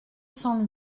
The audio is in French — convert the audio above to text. sans